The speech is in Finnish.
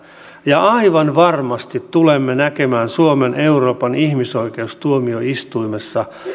ja aivan varmasti tulemme näkemään suomen euroopan ihmisoikeustuomioistuimessa